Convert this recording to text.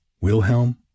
Wilhelm